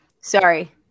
Sorry